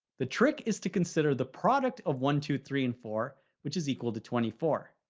the trick is to consider the product of one, two, three and four which is equal to twenty four.